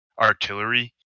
artillery